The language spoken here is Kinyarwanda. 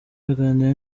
aganira